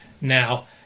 now